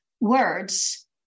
words